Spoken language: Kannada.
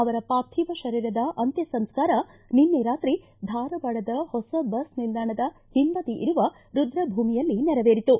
ಅವರ ಪಾರ್ಥಿವ ಶರೀರದ ಅಂತ್ಯ ಸಂಸ್ಕಾರ ನಿನ್ನೆ ರಾತ್ರಿ ಧಾರವಾಡದ ಹೊಸ ಬಸ್ ನಿಲ್ದಾಣದ ಹಿಂಬದಿ ಇರುವ ರುದ್ರ ಭೂಮಿಯಲ್ಲಿ ನೆರವೇರಿತು